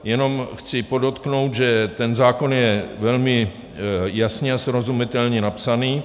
Jenom chci podotknout, že ten zákon je velmi jasně a srozumitelně napsaný.